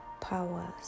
powers